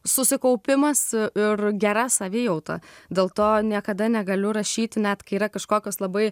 susikaupimas ir gera savijauta dėl to niekada negaliu rašyti net kai yra kažkokios labai